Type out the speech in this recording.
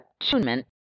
attunement